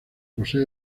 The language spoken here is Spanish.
posee